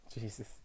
Jesus